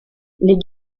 les